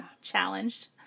Challenged